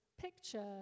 picture